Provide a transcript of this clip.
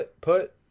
put